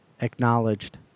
acknowledged